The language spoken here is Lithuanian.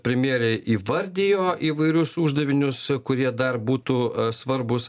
premjerė įvardijo įvairius uždavinius kurie dar būtų svarbūs